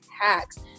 hacks